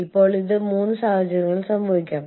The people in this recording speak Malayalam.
അതിനാൽ ഇത് മൂന്നാമത്തെ രാജ്യത്തെ പൌരനാണ്